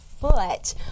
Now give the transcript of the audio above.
foot